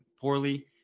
poorly